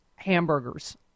Hamburgers